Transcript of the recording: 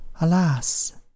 Alas